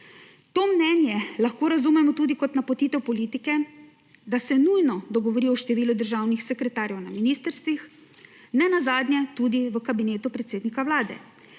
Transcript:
To mnenje lahko razumemo tudi kot napotitev politike, da se nujno dogovori o številu državnih sekretarjev na ministrstvih, nenazadnje tudi v Kabinetu predsednika Vlade